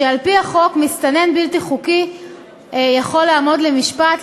שעל-פיו מסתנן בלתי חוקי יכול לעמוד למשפט,